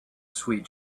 sweet